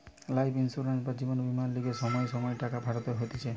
life insurance বা জীবন বীমার লিগে সময়ে সময়ে টাকা ভরতে হতিছে